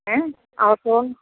ऐं ऐं सोन